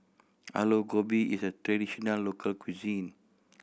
Aloo Gobi is a traditional local cuisine